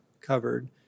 covered